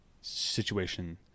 situation